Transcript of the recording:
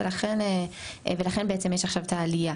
ולכן בעצם יש עכשיו את העלייה.